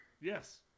Yes